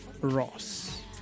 Ross